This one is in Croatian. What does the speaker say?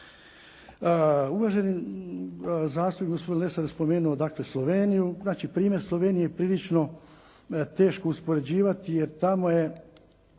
Uvaženi zastupnik gospodin Lesar spomenuo je Sloveniju. Znači primjer Slovenije je prilično teško uspoređivati, jer tamo je